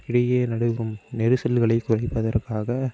இடையே நடைபெறும் நெரிசல்களை குறைப்பதற்காக